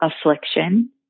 affliction